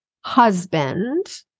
husband